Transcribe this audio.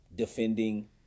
defending